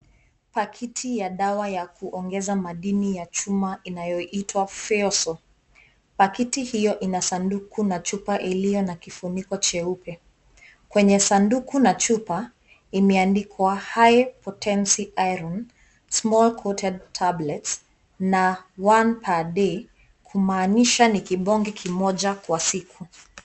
Pakiti ya dawa ya kuongeza madini za chuma inayoitwa Feosol. Pakiti hiyo ina sanduku na chupa iliyo na kifuniko cheupe . Kwenye sanduku na chupa imeandikwa high potency iron small coated tablets one tablet per day. kumaanisha ni kibonge kimoja kwa siku.